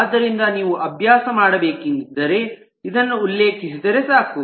ಆದ್ದರಿಂದ ನೀವು ಅಭ್ಯಾಸಮಾಡಬೇಕೆಂದಿದ್ದರೆ ಇದನ್ನು ಉಲ್ಲೇಖಿಸಿದರೆ ಸಾಕು